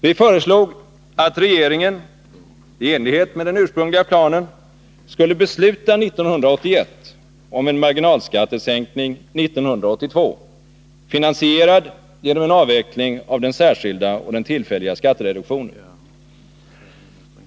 Vi föreslog att regeringen —- i enlighet med den ursprungliga planen — skulle besluta 1981 om en marginalskattesänkning 1982, finansierad genom en avveckling av den särskilda och den tillfälliga skattereduktionen.